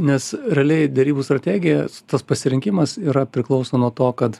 nes realiai derybų strategijos tas pasirinkimas yra priklauso nuo to kad